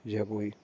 जां कोई